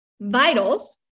Vitals